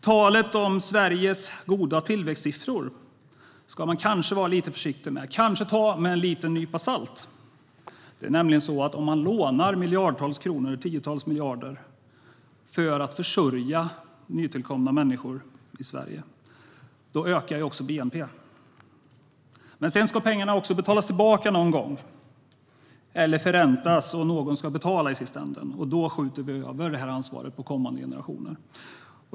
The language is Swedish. Talet om Sveriges goda tillväxtsiffror ska man kanske ta med en nypa salt. Om man lånar tiotals miljarder för att försörja nytillkomna människor i Sverige ökar bnp. Men pengarna förräntas, och någon ska i slutänden betala. Vi skjuter alltså över ansvaret på kommande generationer.